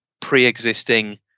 pre-existing